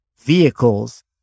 vehicles